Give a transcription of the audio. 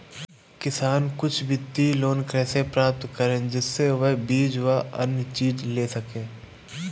किसान कुछ वित्तीय लोन कैसे प्राप्त करें जिससे वह बीज व अन्य चीज ले सके?